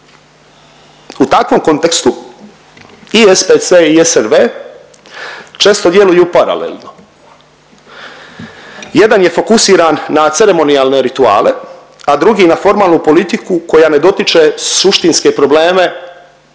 U takvom kontekstu i SPC i SNV često djeluju paralelno. Jedan je fokusiran na ceremonijalne rituale, a drugi na formalnu politiku koja ne dotiče suštinske probleme